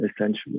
essentially